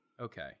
Okay